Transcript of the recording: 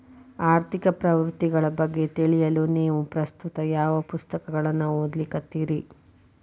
ಆರ್ಥಿಕ ಪ್ರವೃತ್ತಿಗಳ ಬಗ್ಗೆ ತಿಳಿಯಲು ನೇವು ಪ್ರಸ್ತುತ ಯಾವ ಪುಸ್ತಕಗಳನ್ನ ಓದ್ಲಿಕತ್ತಿರಿ?